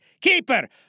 Keeper